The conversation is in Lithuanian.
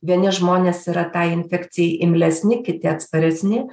vieni žmonės yra tai infekcijai imlesni kiti atsparesni